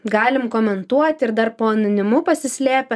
galim komentuoti ir dar po anonimu pasislėpę